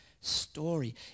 story